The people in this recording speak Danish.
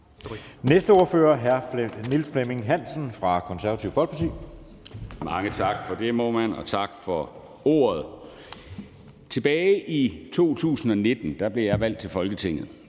11:11 (Ordfører) Niels Flemming Hansen (KF): Mange tak for det, formand, og tak for ordet. Tilbage i 2019 blev jeg valgt til Folketinget,